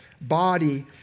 body